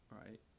right